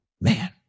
man